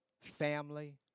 family